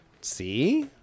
See